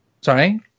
Sorry